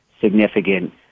significant